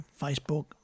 Facebook